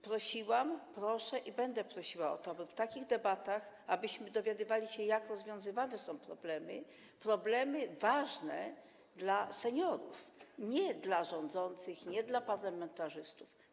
Prosiłam, proszę i będę prosiła o to, byśmy w ramach takich debat dowiadywali się, jak rozwiązywane są problemy - problemy ważne dla seniorów, nie dla rządzących, nie dla parlamentarzystów.